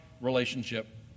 relationship